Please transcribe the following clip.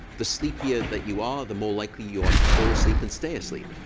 the sleepier that you are, the more likely you are to fall asleep and stay asleep.